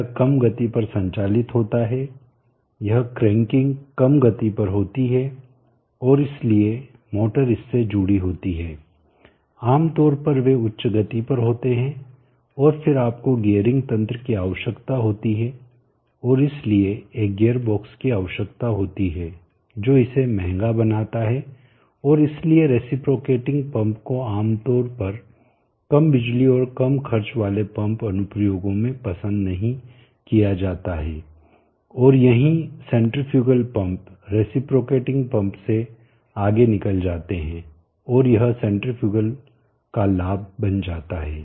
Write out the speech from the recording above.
यह कम गति पर संचालित होता है यह क्रैंकिंग कम गति पर होटी है और इसलिए मोटर इससे जुड़ी होती है आम तौर पर वे उच्च गति पर होते हैं और फिर आपको गियरिंग तंत्र की आवश्यकता होती है और इसलिए एक गियर बॉक्स की आवश्यकता होती है जो इसे महंगा बनाता है और इसलिए रेसिप्रोकेटिंग पंप को आमतौर पर कम बिजली और कम खर्च वाले पंप अनुप्रयोगों में पसंद नहीं किया जाता है और यहीं सेन्ट्रीफ्यूगल पंप रेसिप्रोकेटिंग पंप से आगे निकल जाते है और यह सेन्ट्रीफ्यूगल का लाभ बन जाता है